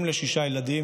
אם לשישה ילדים,